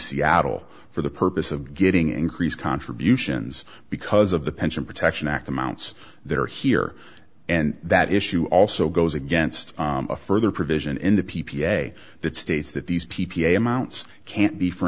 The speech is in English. seattle for the purpose of getting increased contributions because of the pension protection act amounts that are here and that issue also goes against a further provision in the p p a that states that these p p a amounts can't be for